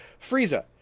Frieza